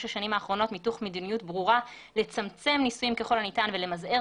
השנים האחרונות מתוך מדיניות ברורה לצמצם ניסויים ככל הניתן ולמזער